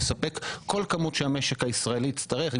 לספק כל כמות שהמשק הישראלי יצטרך,